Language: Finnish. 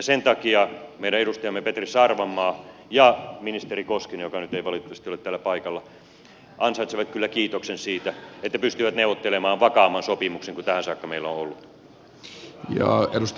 sen takia meidän edustajamme petri sarvamaa ja ministeri koskinen joka nyt ei valitettavasti ole täällä paikalla ansaitsevat kyllä kiitoksen siitä että pystyivät neuvottelemaan vakaamman sopimuksen kuin tähän saakka meillä on ollut